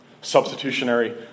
Substitutionary